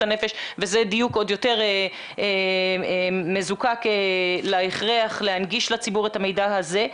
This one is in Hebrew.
הנפש וזה דיוק עוד יותר מזוקק להכרח להנגיש לציבור את המידע הזה.